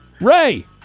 Ray